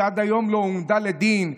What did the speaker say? שעד היום לא הועמדה לדין,